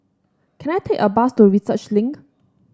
can I take a bus to Research Link